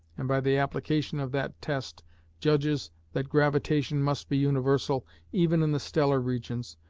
and by the application of that test judges that gravitation must be universal even in the stellar regions,